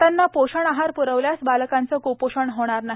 मातांना पोषण आहार पुरवल्यास वालकांचं कुपोषण होणार नाही